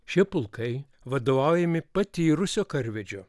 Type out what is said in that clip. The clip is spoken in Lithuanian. šie pulkai vadovaujami patyrusio karvedžio